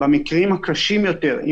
במקרים הקשים יותר,